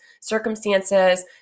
circumstances